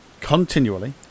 Continually